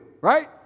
right